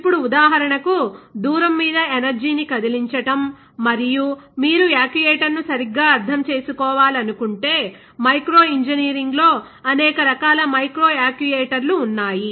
ఇప్పుడు ఉదాహరణకు దూరం మీద ఎనర్జీని కదిలించటం మరియు మీరు యాక్యుయేటర్ను సరిగ్గా అర్థం చేసుకోవాలనుకుంటే మైక్రో ఇంజనీరింగ్లో అనేక రకాల మైక్రో యాక్యుయేటర్లు ఉన్నాయి